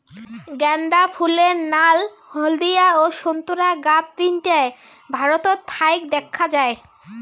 গ্যান্দা ফুলের নাল, হলদিয়া ও সোন্তোরা গাব তিনটায় ভারতত ফাইক দ্যাখ্যা যায়